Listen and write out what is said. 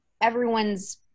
Everyone's